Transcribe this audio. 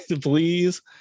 please